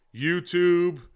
YouTube